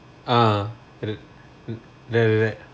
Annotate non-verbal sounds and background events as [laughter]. uh [noise]